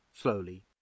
slowly